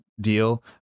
deal